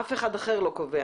אף אחד אחר לא קובע,